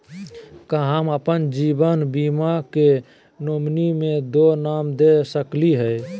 का हम अप्पन जीवन बीमा के नॉमिनी में दो नाम दे सकली हई?